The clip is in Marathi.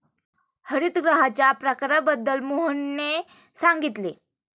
हरितगृहांच्या प्रकारांबद्दल मोहनने सांगितले